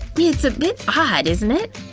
it's a bit odd, isn't it?